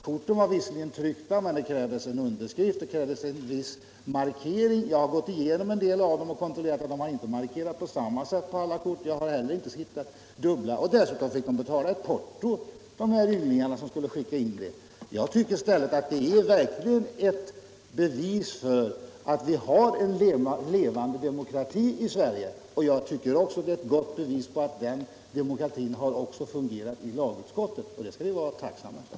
Korten var visserligen tryckta, men det krävdes en underskrift, och det krävdes en viss markering. Jag har gått igenom en del av korten och kontrollerat att man inte markerat på samma sätt på alla kort. Jag har också funnit att det inte tycks förekomma dubbla kort. Dessutom fick dessa ynglingar betala ett porto för att kunna skicka in kortet. Jag tycker i stället att detta verkligen är ett bevis för att vi har en levande demokrati i Sverige, och jag tycker att det är ett gott bevis på att den demokratin fungerar också i lagutskottet. Det skall vi vara tacksamma för.